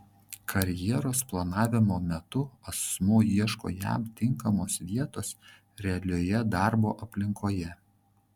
karjeros planavimo metu asmuo ieško jam tinkamos vietos realioje darbo aplinkoje